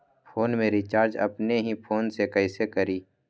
Phone में recharge अपने ही फ़ोन से कईसे करी?